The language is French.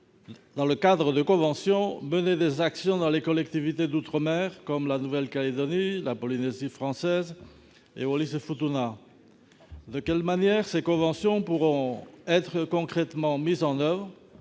dans le cadre de conventions, mener des actions dans les collectivités d'outre-mer comme la Nouvelle-Calédonie, la Polynésie française et Wallis-et-Futuna. De quelle manière ces conventions pourront-elles être concrètement mises en oeuvre